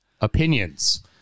opinions